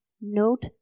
note